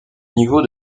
niveau